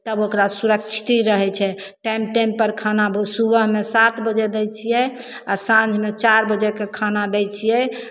तब ओकरा सुरक्षित रहै छै टाइम टाइमपर ओ सुबहमे सात बजे दै छियै आ साँझमे चारि बजेके खाना दै छियै